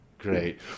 Great